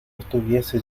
estuviese